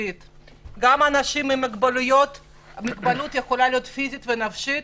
וגם מאנשים עם מוגבלות פיזית או נפשית,